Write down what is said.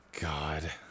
God